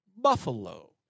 Buffalo